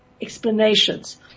explanations